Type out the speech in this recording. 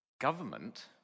Government